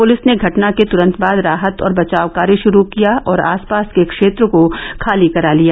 police ने घटना के तुरंत बाद राहत और बचाव कार्य रू किया और आसपास के क्षेत्र को खाली करा लिया